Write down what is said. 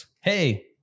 hey